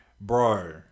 bro